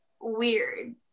weird